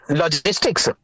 logistics